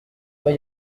pas